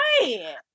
right